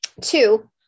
Two